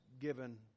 given